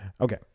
Okay